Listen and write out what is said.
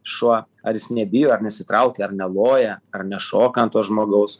šuo ar jis nebijo ar nesitraukia ar neloja ar nešoka ant to žmogaus